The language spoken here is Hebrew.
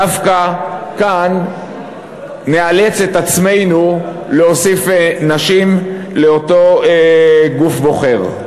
שדווקא כאן נאלץ את עצמנו להוסיף נשים לאותו גוף בוחר.